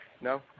No